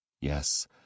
Yes